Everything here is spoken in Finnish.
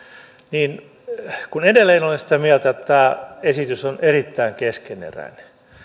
lisääminen ja kun edelleen olen sitä mieltä että tämä esitys on erittäin keskeneräinen